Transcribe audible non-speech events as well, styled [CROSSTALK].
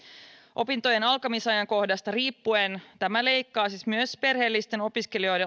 opintojen alkamisajankohdasta riippuen tämä leikkaa siis myös perheellisten opiskelijoiden [UNINTELLIGIBLE]